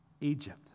Egypt